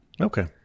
Okay